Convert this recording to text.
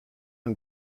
une